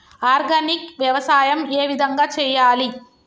Organic వ్యవసాయం ఏ విధంగా చేయాలి?